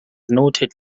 noted